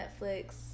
Netflix